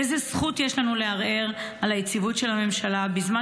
איזו זכות יש לנו לערער על היציבות של הממשלה בזמן